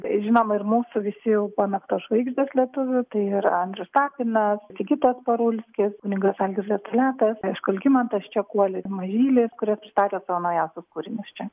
žinoma ir mūsų visių pamėgtos žvaigždės lietuvių tai ir andrius tapinas sigitas parulskis kunigas algis atletas aišku algimantas čekuolis mažylės kurie pristatė savo naujausius kūrinius čia